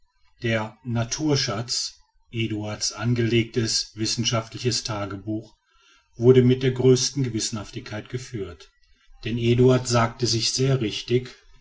der naturschatz eduard's angelegtes wissenschaftliches tagebuch wurde mit der größten gewissenhaftigkeit geführt denn eduard sagte sich sehr richtig